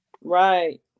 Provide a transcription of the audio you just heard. Right